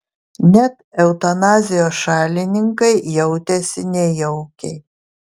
net eutanazijos šalininkai jautėsi nejaukiai